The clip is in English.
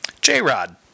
J-Rod